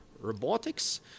robotics